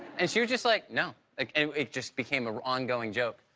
and she was just like no, like and it just became an ongoing joke.